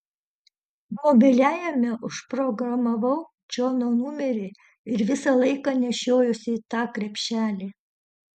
mobiliajame užprogramavau džono numerį ir visą laiką nešiojuosi tą krepšelį